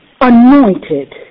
anointed